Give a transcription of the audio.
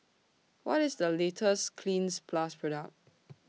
What IS The latest Cleanz Plus Product